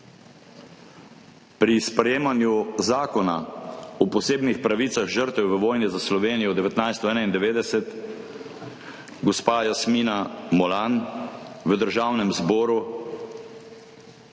Pri sprejemanju Zakona o posebnih pravicah žrtev v vojni za Slovenijo 1991 gospa Jasmina Molan v Državnem zboru